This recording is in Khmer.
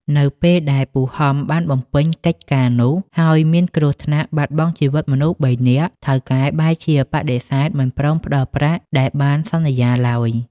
នៅពេលដែលពូហំបានបំពេញកិច្ចការនោះ ហើយមានគ្រោះថ្នាក់បាត់បង់ជីវិតមនុស្សបីនាក់ ថៅកែបែរជាបដិសេធមិនព្រមផ្តល់ប្រាក់ដែលបានសន្យាឡើយ។